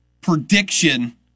prediction